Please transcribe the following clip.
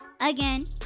again